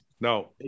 No